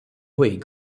ହୋଇ